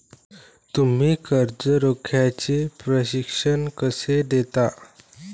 तुम्ही कर्ज रोख्याचे प्रशिक्षण कसे देता?